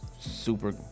super